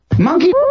monkey